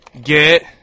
Get